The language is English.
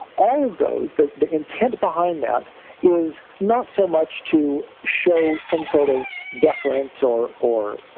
all of those that the intent behind that is not so much to show some sort of deference or or